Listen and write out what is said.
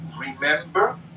remember